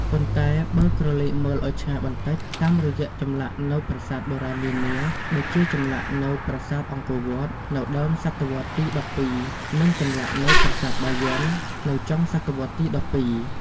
ប៉ុន្តែ បើក្រឡេកមើលឲ្យឆ្ងាយបន្តិច តាមរយៈចម្លាក់នៅប្រាសាទបុរាណនានា ដូចជាចម្លាក់នៅប្រាសាទអង្គរវត្ត នៅដើមសតវត្សរ៍ទី ១២ និងចម្លាក់នៅប្រាសាទបាយ័ន នៅចុងសតវត្សរ៍ទី ១២ ។